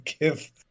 give